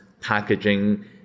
packaging